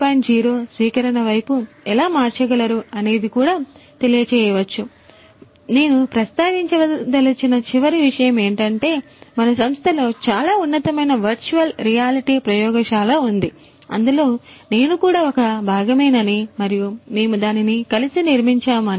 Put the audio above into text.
0 స్వీకరణ వైపు ఎలా మార్చగలరు అనేది కూడా తెలియవచ్చు మరియు నేను ప్రస్తావించదలిచిన చివరి విషయం ఏమిటంటే మన సంస్థలో చాలా ఉన్నతమైన వర్చువల్ రియాలిటీ ప్రయోగశాల ల ఉంది అందులో నేను కూడా ఒక భాగమేనని మరియు మేము దానిని కలిసి నిర్మించాము అని